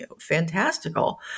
fantastical